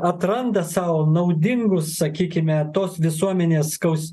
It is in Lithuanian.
atranda sau naudingus sakykime tos visuomenės skaus